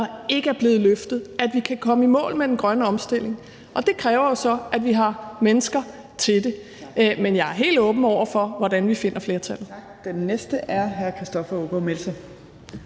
ikke er blevet løftet, at vi kan komme i mål med den grønne omstilling, og det kræver jo så, at vi har mennesker til det. Men jeg er helt åben over for, hvordan vi finder flertallet.